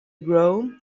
grow